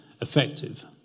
effective